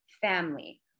family